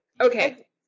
okay